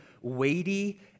weighty